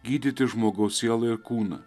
gydyti žmogaus sieloje kūną